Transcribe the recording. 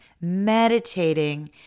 meditating